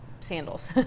sandals